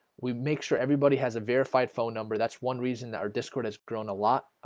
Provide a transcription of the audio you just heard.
we make sure everybody has a verified phone number that's one reason that our discord has grown a lot,